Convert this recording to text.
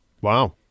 Wow